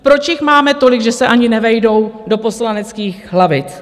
Proč jich máme tolik, že se ani nevejdou do poslaneckých lavic?